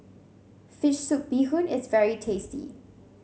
fish soup Bee Hoon is very tasty